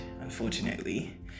Unfortunately